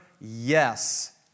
yes